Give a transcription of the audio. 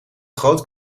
groot